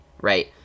right